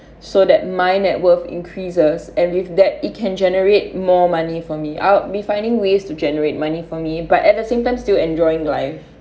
so that my net worth increases and with that it can generate more money for me I'll be finding ways to generate money for me but at the same time still enjoying life